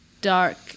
dark